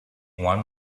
one